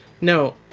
No